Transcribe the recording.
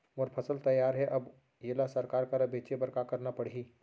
मोर फसल तैयार हे अब येला सरकार करा बेचे बर का करना पड़ही?